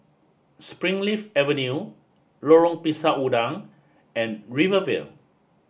Springleaf Avenue Lorong Pisang Udang and Rivervale